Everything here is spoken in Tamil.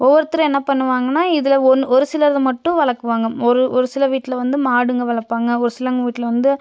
ஒவ்வொருத்தரும் என்ன பண்ணுவாங்கன்னால் இதில் ஒன்று ஒரு சிலதை மட்டும் வளர்க்குவாங்க ஒரு ஒரு சில வீட்டில வந்து மாடுங்கள் வளர்ப்பாங்க ஒரு சிலவங்க வீட்டில வந்து